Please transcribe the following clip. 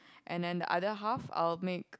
and then the other half I'll make